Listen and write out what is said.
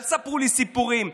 אל תספרו לי סיפורים.